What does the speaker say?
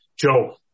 Joe